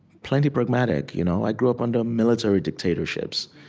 plenty pragmatic. you know i grew up under military dictatorships.